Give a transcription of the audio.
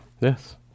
yes